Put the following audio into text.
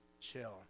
chill